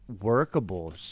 workable